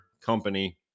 company